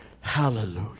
Hallelujah